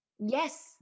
yes